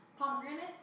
Pomegranate